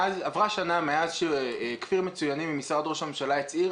עברה שנה מאז שכפיר מצוינים ממשרד ראש הממשלה הצהיר